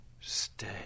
stay